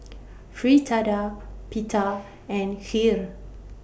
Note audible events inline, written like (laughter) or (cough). (noise) Fritada Pita and Kheer